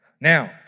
Now